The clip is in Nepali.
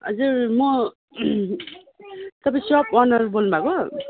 हजुर म तपाईँ सप अनर बोल्नुभएको